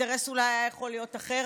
האינטרס אולי היה יכול להיות אחר,